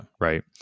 right